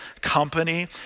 company